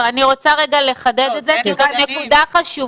אני רוצה לחדד את זה כי זו נקודה חשובה.